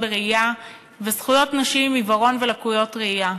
בראייה וזכויות נשים עם עיוורון ולקויות ראייה,